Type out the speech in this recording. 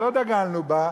שלא דגלנו בה,